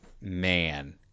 man